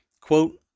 quote